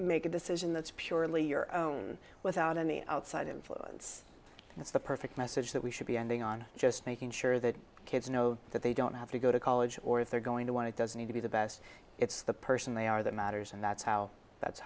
make a decision that's purely your own without any outside influence that's the perfect message that we should be ending on just making sure that kids know that they don't have to go to college or if they're going to want it doesn't need to be the best it's the person they are that matters and that's how that's